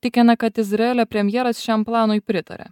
tikina kad izraelio premjeras šiam planui pritaria